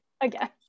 Again